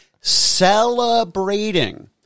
celebrating